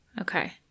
Okay